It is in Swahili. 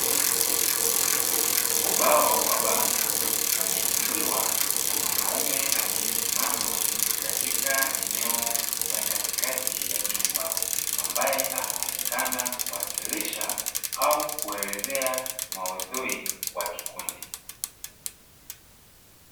Ubao wa bango umeinuliwa na mwanamume aliyesimama katika eneo la katikati ya chumba, ambaye anaonekana kuwasilisha au kuelezea maudhui kwa kikundi.